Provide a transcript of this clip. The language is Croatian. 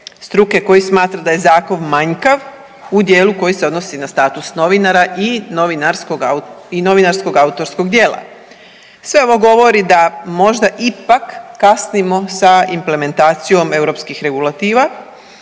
struke koji smatra da je Zakon manjkav u dijelu koji se odnosi na status novinara i novinarskog autorskog djela. Sve ovo govori da možda ipak kasnimo sa implementacijom europskih regulativa.